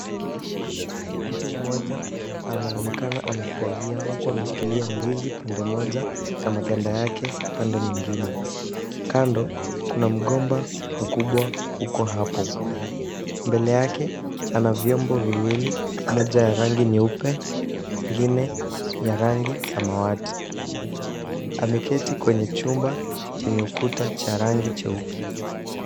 Mtu mmoja anaonekana amefurahia huku ameshikilia ndizi pande moja na maganda yake pande mwingine. Kando, kuna mgomba mkubwa uko hapo. Mbele yake ana vyombo viwili moja ya rangi nyeupe ingine ya rangi samawati. Ameketi kwenye chumbwa chenye ukuta cha rangi cheupe.